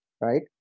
right